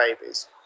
babies